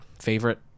favorite